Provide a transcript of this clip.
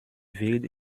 wird